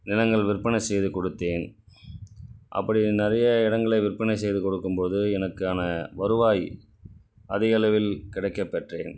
நிலங்கள் விற்பனை செய்துக் கொடுத்தேன் அப்படி நிறைய இடங்களை விற்பனை செய்து கொடுக்கும்போது எனக்கான வருவாய் அதிகளவில் கிடைக்கப் பெற்றேன்